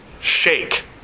shake